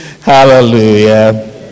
Hallelujah